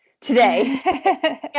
today